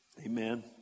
Amen